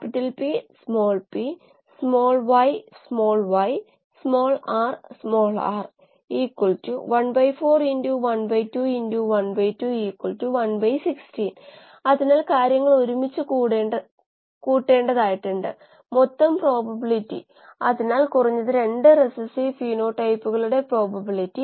module 4 ൽ ചില bioreactor environment പാരാമീറ്ററുകളുടെയും ബയോറിയാക്ടർ സംസ്കാരങ്ങളുടെയും അതുവഴി ബയോറിയാക്റ്റർ പ്രകടനത്തിന്റെയും ഫലം നമ്മൾ പരിശോധിച്ചു